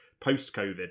post-COVID